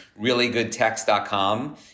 reallygoodtext.com